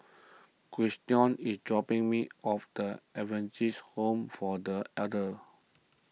Christion is dropping me off the Adventist Home for the Elders